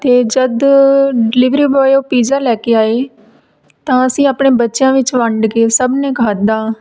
ਅਤੇ ਜਦੋਂ delivery boy ਉਹ ਪੀਜ਼ਾ ਲੈ ਕੇ ਆਏ ਤਾਂ ਅਸੀਂ ਆਪਣੇ ਬੱਚਿਆਂ ਵਿੱਚ ਵੰਡ ਕੇ ਸਭ ਨੇ ਖਾਦਾ